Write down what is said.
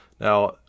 Now